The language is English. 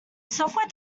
software